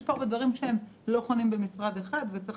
יש פה הרבה דברים שלא חונים במשרד אחד וצריך